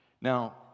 Now